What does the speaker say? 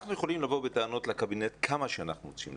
אנחנו יכולים לבוא בטענות לקבינט כמה שאנחנו רוצים,